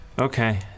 Okay